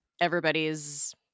everybody's